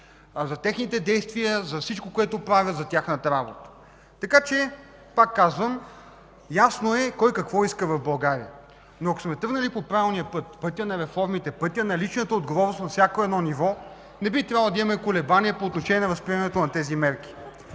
за техните действия, за всичко, което правят за тяхната работа. Така че, пак казвам, ясно е кой какво иска в България, но ако сме тръгнали по правилния път – пътя на реформите, пътя на личната отговорност на всяко едно ниво, не би трябвало да имаме колебания по отношение възприемането на тези мерки.